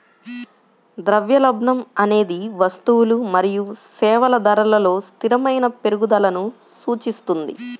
ద్రవ్యోల్బణం అనేది వస్తువులు మరియు సేవల ధరలలో స్థిరమైన పెరుగుదలను సూచిస్తుంది